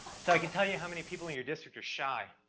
so i can tell you how many people in your district are shy,